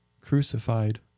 crucified